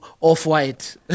Off-white